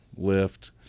lift